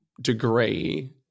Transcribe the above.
degree